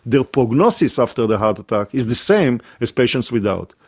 their prognosis after the heart attack is the same as patients without.